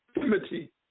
Timothy